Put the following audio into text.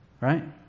Right